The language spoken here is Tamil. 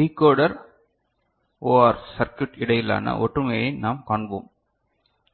டிகோடர் ஓஆர் சர்க்யூட் இடையிலான ஒற்றுமையை நாம் காண்போம்